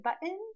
button